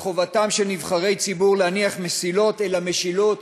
חובתם של נבחרי הציבור להניח "מסילות אל המשילות",